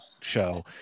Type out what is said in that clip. show